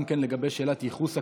גם לגבי שאלת ייחוס הכוהנים,